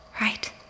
right